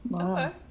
Okay